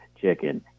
Chicken